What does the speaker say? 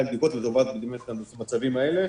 200 בדיקות למצבים כאלה.